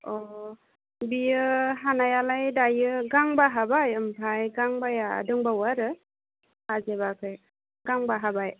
अ बियो हानायालाय दायो गांबा हाबाय ओमफ्राय गांबाया दंबावो आरो हाजोबाखै गांबा हाबाय